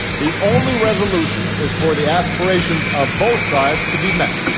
the only resolution is for the aspirations of both sides to be met,